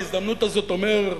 בהזדמנות הזאת אומר,